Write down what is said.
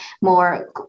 more